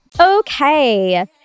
Okay